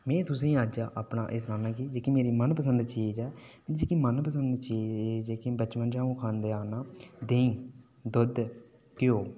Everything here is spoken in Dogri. में तुसेंगी अज्ज अपना एह् सनाना कि जेह्की मेरी मनपसंद चीज़ ऐ जेह्की मनपसंद चीज़ जेह्की बचपन चा अं'ऊ खंदे आ ना देहीं दुद्ध घयोऽ